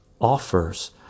offers